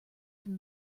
from